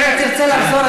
אם תרצה לחזור,